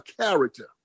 character